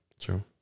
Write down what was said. True